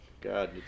God